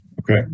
Okay